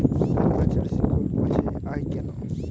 ধানগাছের শিকড় পচে য়ায় কেন?